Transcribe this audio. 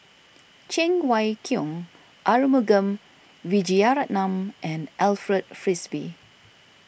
Cheng Wai Keung Arumugam Vijiaratnam and Alfred Frisby